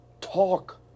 talk